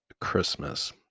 Christmas